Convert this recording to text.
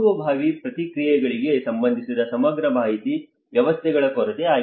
ಪೂರ್ವಭಾವಿ ಪ್ರತಿಕ್ರಿಯೆಗಳಿಗೆ ಸಂಬಂಧಿಸಿದ ಸಮಗ್ರ ಮಾಹಿತಿ ವ್ಯವಸ್ಥೆಗಳ ಕೊರತೆ ಆಗಿದೆ